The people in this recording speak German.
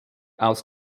aus